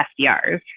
SDRs